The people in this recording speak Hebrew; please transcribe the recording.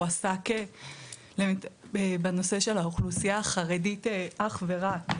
הוא עסק בנושא של האוכלוסייה החרדית אך ורק.